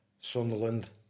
Sunderland